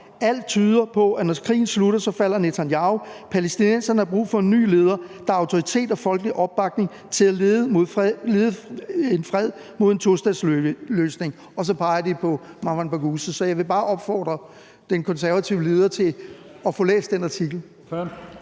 Alt tyder på, at når krigen slutter, falder Netanyahu. Palæstinenserne har brug for en ny leder, der har autoritet og folkelig opbakning, til at lede en fred mod en tostatsløsning. Og så peger de på Marwan Barghouti, så jeg vil bare opfordre den konservative leder til at få læst den artikel.